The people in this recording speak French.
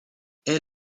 est